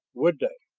would they?